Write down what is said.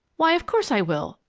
why of course i will,